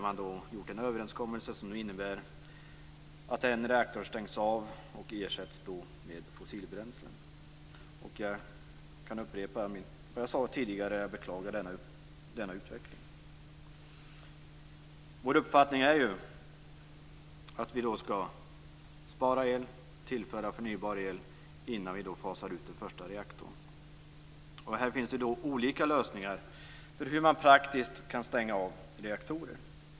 De har gjort en överenskommelse som innebär att en reaktor stängs av och ersätts med fossilbränslen. Jag kan upprepa vad jag sade tidigare: Jag beklagar denna utveckling. Kristdemokraternas uppfattning är att vi skall spara el och tillföra förnybar el innan vi fasar ut den första reaktorn. Det finns olika lösningar för hur man praktiskt kan stänga av reaktorer.